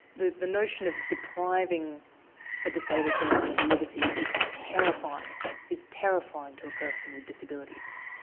the the notion of depriving a disabled person of liberty is terrifying is terrifying to a person with disabilities.